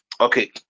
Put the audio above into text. Okay